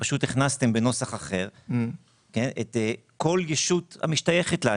פשוט הכנסתם בנוסח אחר את כל ישות המשתייכת לה.